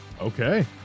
Okay